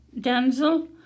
Denzel